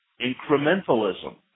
incrementalism